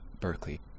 Berkeley